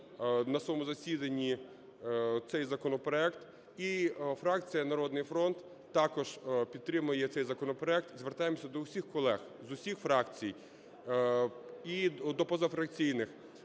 на своєму засіданні цей законопроект. І фракція "Народний фронт" також підтримує цей законопроект. Звертаємося до всіх колег з усіх фракцій і до позафракційних